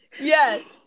Yes